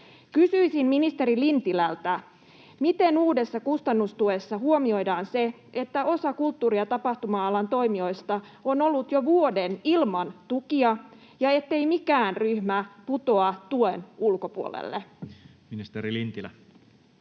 Kysyisin ministeri Lintilältä: miten uudessa kustannustuessa huomioidaan se, että osa kulttuuri‑ ja tapahtuma-alan toimijoista on ollut jo vuoden ilman tukia ja ettei mikään ryhmä putoa tuen ulkopuolelle? [Speech 97]